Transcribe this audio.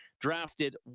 drafted